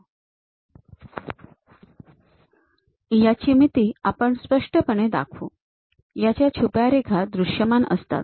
या तुटक रेषा न दाखवता या सलग रेषेप्रमाणे दिसले पाहिजे आणि या भागातून मटेरियल काढून टाकले गेले आहे तर आपल्याकडे हॅश रेखा आहेत त्या भागातून मटेरियल काढून टाकले गेले आहे